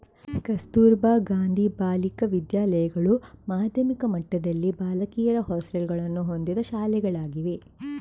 ಕಸ್ತೂರಬಾ ಗಾಂಧಿ ಬಾಲಿಕಾ ವಿದ್ಯಾಲಯಗಳು ಮಾಧ್ಯಮಿಕ ಮಟ್ಟದಲ್ಲಿ ಬಾಲಕಿಯರ ಹಾಸ್ಟೆಲುಗಳನ್ನು ಹೊಂದಿದ ಶಾಲೆಗಳಾಗಿವೆ